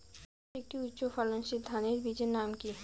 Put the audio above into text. একটি উচ্চ ফলনশীল ধানের বীজের নাম কী?